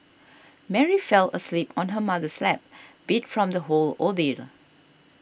Mary fell asleep on her mother's lap beat from the whole ordeal